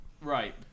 Right